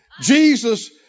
Jesus